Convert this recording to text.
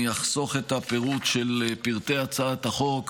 אני אחסוך את הפירוט של פרטי הצעת החוק.